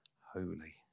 holy